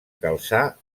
calçar